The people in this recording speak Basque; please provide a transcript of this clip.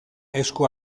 esku